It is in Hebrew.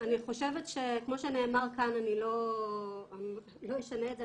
כמו שנאמר כאן, אני לא אשנה את זה.